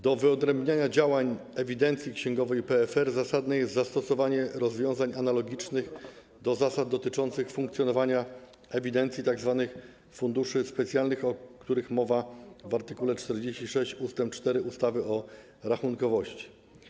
Do wyodrębniania działań ewidencji księgowej PFR zasadne jest zastosowanie rozwiązań analogicznych do zasad dotyczących funkcjonowania ewidencji tzw. funduszy specjalnych, o których mowa w art. 46 ust. 4 ustawy o rachunkowości.